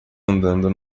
andando